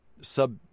sub